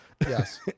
Yes